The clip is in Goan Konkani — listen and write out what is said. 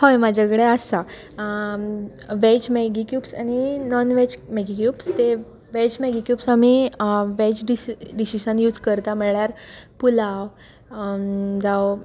हय म्हाजे कडे आसा वेज मॅगी क्युब्स आनी नॉन वेज मॅगी क्युब्स ते वेज मॅगी क्युब्स आमी वेज डिशी डिशीसान यूज करता म्हळ्यार पुलाव जावं